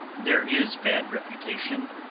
there is bad reputation,